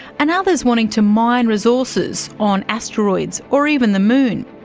and others wanting to mine resources on asteroids, or even the moon.